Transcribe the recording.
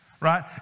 Right